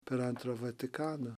per antrą vatikaną